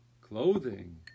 Clothing